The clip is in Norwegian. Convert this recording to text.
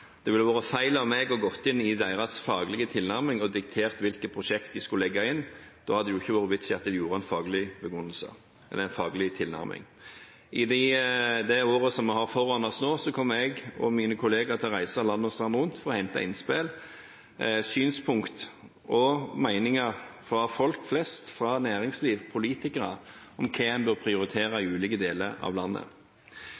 Det ville være feil av meg å gå inn i deres faglige tilnærming og diktere hvilke prosjekt de skulle legge inn. Da hadde det jo ikke vært noen vits i at de hadde en faglig tilnærming. I det året som vi har foran oss nå, kommer jeg og mine kolleger til å reise land og strand rundt for å hente innspill, synspunkter og meninger fra folk flest, næringsliv og politikere om hva vi bør prioritere